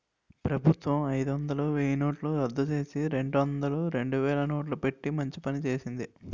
ప్రభుత్వం అయిదొందలు, వెయ్యినోట్లు రద్దుచేసి, రెండొందలు, రెండువేలు నోట్లు పెట్టి మంచి పని చేసింది